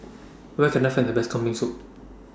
Where Can I Find The Best Kambing Soup